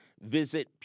visit